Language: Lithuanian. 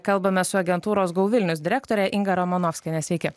kalbame su agentūros gau vilnius direktore inga romanovskiene sveiki